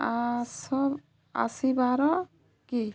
ଆସ ଆସିବାର କି